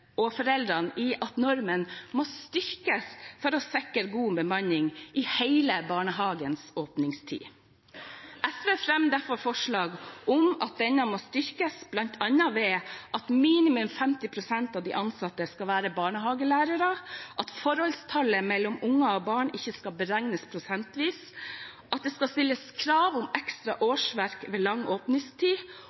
at normen må styrkes for å sikre god bemanning i hele barnehagens åpningstid. SV fremmer derfor forslag om at denne må styrkes, bl.a. ved at minimum 50 pst. av de ansatte skal være barnehagelærere forholdstallet mellom barn og ansatt ikke skal beregnes prosentvis det skal stilles krav om ekstra årsverk ved lang åpningstid